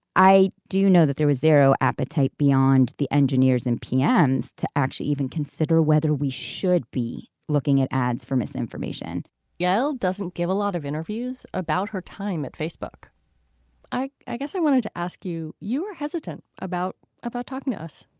i do know that there was zero appetite beyond the engineers in pens ah to actually even consider whether we should be looking at ads for misinformation yell doesn't give a lot of interviews about her time at facebook i i guess i wanted to ask you you were hesitant about about talking to us.